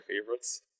favorites